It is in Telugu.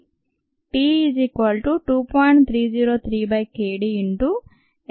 t2